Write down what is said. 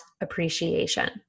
appreciation